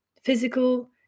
physical